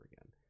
again